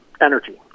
Energy